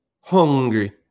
hungry